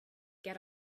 get